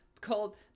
called